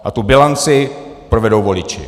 A tu bilanci provedou voliči.